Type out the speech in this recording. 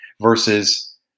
versus